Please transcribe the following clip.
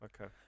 Okay